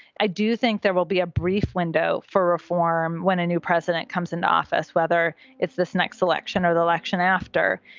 i do think there will be a brief window for reform when a new president comes into office, whether it's this next election or the election after.